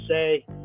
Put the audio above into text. say